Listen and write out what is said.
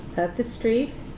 the street.